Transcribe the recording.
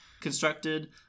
constructed